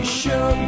show